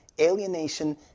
alienation